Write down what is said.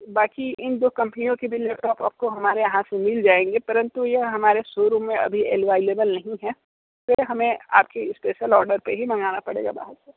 बाकी इन दो कंपनियों के भी लैपटॉप आपको हमारे यहां से मिल जाएंगे परन्तु यह हमारे शो रूम में अभी अवैलेबल नहीं है सर हमें आपके स्पेशल ऑर्डर पे ही मंगवाना पड़ेगा बाहर से